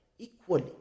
equally